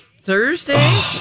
Thursday